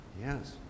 Yes